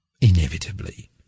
inevitably